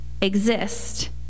exist